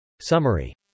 Summary